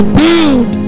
build